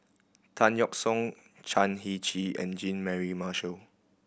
Tan Yeok Seong Chan Heng Chee and Jean Mary Marshall